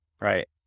Right